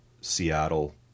Seattle